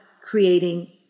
creating